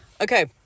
Okay